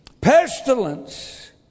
pestilence